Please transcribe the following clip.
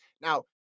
Now